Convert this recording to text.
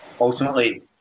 ultimately